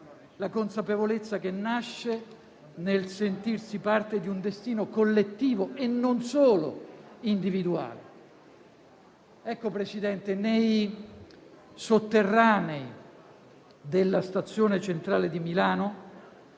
la consapevolezza che nasce nel sentirsi parte di un destino collettivo e non solo individuale. Presidente, nei sotterranei della stazione centrale di Milano,